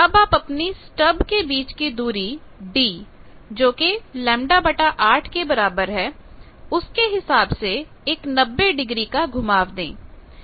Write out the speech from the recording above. अब आप अपनी स्टब के बीच की दूरी d जोकि λ 8 के बराबर है उसके हिसाब से एक 90 डिग्री का घुमाव दें